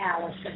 Allison